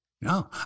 No